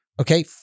Okay